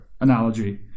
analogy